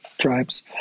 tribes